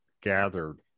gathered